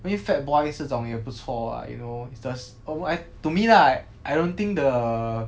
I mean Fatboy's 这种也不错 what you know it's the sa~ almo~ I to me lah I don't think the